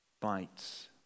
bites